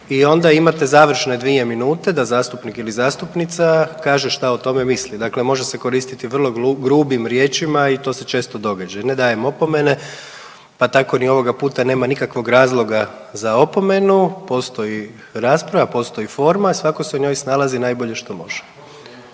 i onda imate završne dvije minute da zastupnik ili zastupnica kaže šta o tome misli, dakle može se koristiti vrlo grubim riječima i to se često događa. Ne dajem opomene, pa tako ni ovoga puta nema nikakvog razloga da opomenu. Postoji rasprava, postoji forma, svako se u njoj snalazi najbolje što može.